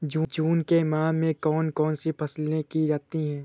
जून के माह में कौन कौन सी फसलें की जाती हैं?